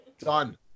Done